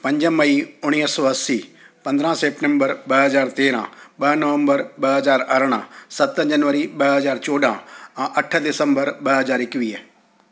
पंज मई उणिवीह सौ असी पंदरहां सेप्टेंबर ॿ हज़ार तेरहां ॿ नवंबर ॿ हज़ार अरड़हां सत जनवरी ॿ हज़ार चोॾहां अठ दिसंबर ॿ हज़ार एक्वीह